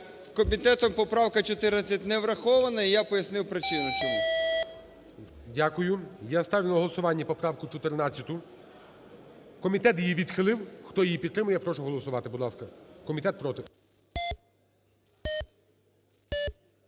Комітетом поправка 14 не врахована, і я пояснив причину чому. ГОЛОВУЮЧИЙ. Дякую. Я ставлю на голосування поправку 14. Комітет її відхилив. Хто її підтримує, я прошу голосувати, будь ласка. Комітет проти.